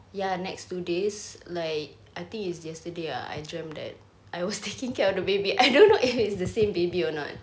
ya next two days like I think is yesterday ah I dreamt that I was taking care of the baby I don't know if it's the same baby or not